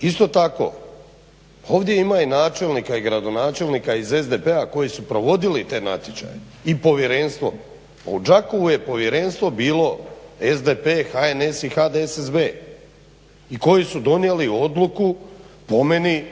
Isto tako ovdje ima i načelnika i gradonačelnika iz SDP-a koji su provodili te natječaje i povjerenstvo. U Đakovu je povjerenstvo bilo SDP, HNS i HDSB i koji su donijeli odluku po meni